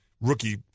rookie